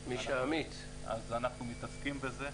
אז אנחנו מתעסקים בזה,